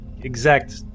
exact